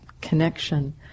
connection